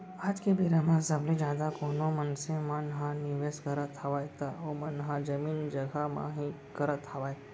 आज के बेरा म सबले जादा कोनो मनसे मन ह निवेस करत हावय त ओमन ह जमीन जघा म ही करत हावय